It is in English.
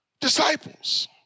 disciples